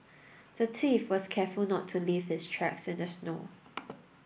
the thief was careful not to leave his tracks in the snow